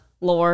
Lore